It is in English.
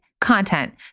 content